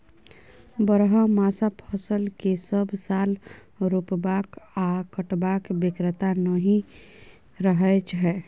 बरहमासा फसल केँ सब साल रोपबाक आ कटबाक बेगरता नहि रहै छै